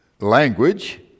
language